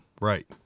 Right